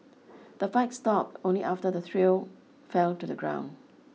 the fight stopped only after the trio fell to the ground